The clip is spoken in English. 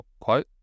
quote